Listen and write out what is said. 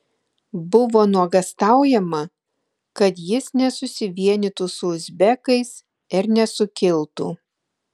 buvo nuogąstaujama kad jis nesusivienytų su uzbekais ir nesukiltų